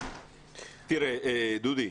תראה, דודי.